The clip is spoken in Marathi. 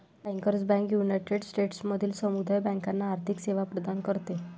बँकर्स बँक युनायटेड स्टेट्समधील समुदाय बँकांना आर्थिक सेवा प्रदान करते